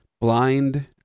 Blind